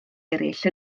eraill